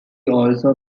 also